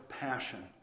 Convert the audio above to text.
passion